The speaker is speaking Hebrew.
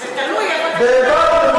תלוי איפה אתה קונה.